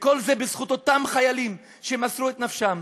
וכל זה בזכות אותם חיילים שמסרו את נפשם.